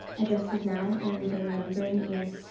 addresses now only the remembering ear.